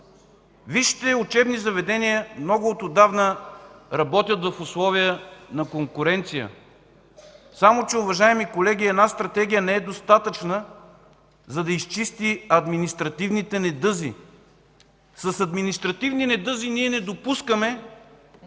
Вижте, учебни заведения много от отдавна работят в условия на конкуренция. Само че, уважаеми колеги, една стратегия не е достатъчна, за да изчисти административните недъзи. С административни недъзи ние не допускаме